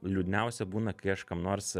liūdniausia būna kai aš kam nors